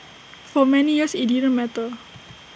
for many years IT didn't matter